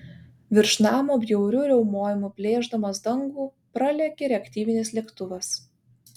virš namo bjauriu riaumojimu plėšdamas dangų pralėkė reaktyvinis lėktuvas